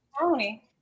Tony